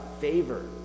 favor